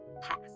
pass